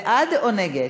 בעד או נגד?